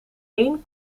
één